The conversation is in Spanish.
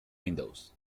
windows